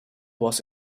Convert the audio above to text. was